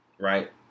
right